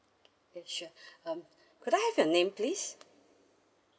yes sure um could I have your name please